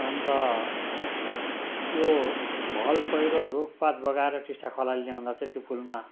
अन्त त्यो भल पहिरोहरू रुख पात बगाएर टिस्टा खोलाले ल्याउँदा चाहिँ त्यो पुलमा